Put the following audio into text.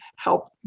Help